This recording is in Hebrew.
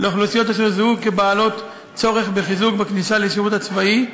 לאוכלוסיות אשר זוהו כבעלות צורך בחיזוק בכניסה לשירות הצבאי,